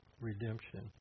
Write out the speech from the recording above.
redemption